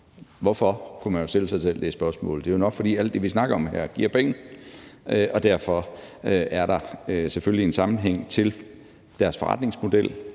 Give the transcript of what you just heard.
spørgsmål kunne man jo stille sig selv. Det er jo nok, fordi alt det, vi snakker om her, giver penge, og derfor er der selvfølgelig en sammenhæng mellem deres forretningsmodeller